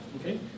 Okay